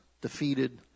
Defeated